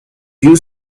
you